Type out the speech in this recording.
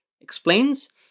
Explains